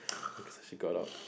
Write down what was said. she got out